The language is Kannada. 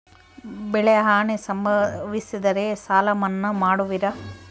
ಬೆಳೆಹಾನಿ ಸಂಭವಿಸಿದರೆ ಸಾಲ ಮನ್ನಾ ಮಾಡುವಿರ?